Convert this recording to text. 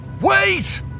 Wait